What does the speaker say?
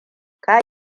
ka